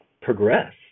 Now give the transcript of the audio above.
progress